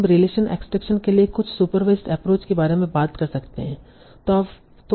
हम relation extraction के लिए कुछ सुपरवाइसड एप्रोच के बारे में बात कर सकते हैं